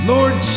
Lord